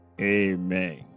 Amen